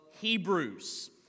Hebrews